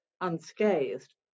unscathed